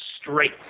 straight